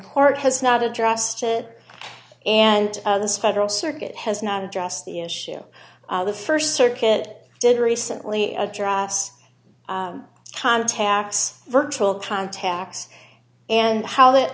court has not addressed it and this federal circuit has not addressed the issue the st circuit did recently address contacts virtual contacts and how that